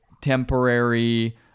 temporary